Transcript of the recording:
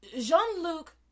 Jean-Luc